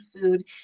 food